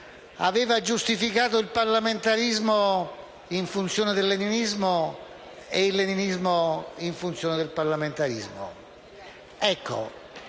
aveva giustificato il parlamentarismo in funzione del leninismo e il leninismo in funzione del parlamentarismo.